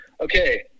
okay